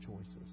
choices